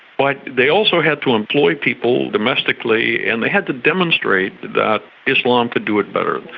but they also had to employ people domestically and they had to demonstrate that islam could do it better,